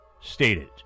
stated